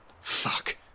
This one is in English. Fuck